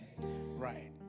Right